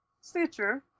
Stitcher